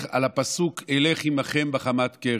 הפסוק: אלך עימכם בחמת קרי.